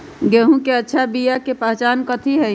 गेंहू के अच्छा बिया के पहचान कथि हई?